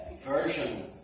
version